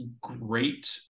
great